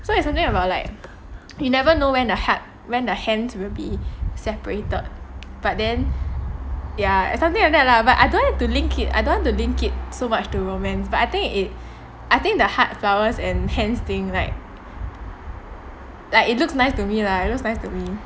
so it's something about like you never know when the heart when the hands will be separated but then ya something like that lah but I don't have to link it I don't want to link it so much to romance but I think it I think the heart flowers and hands thing like like it looks nice to me lah it looks nice to me